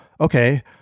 okay